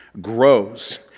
grows